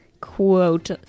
quote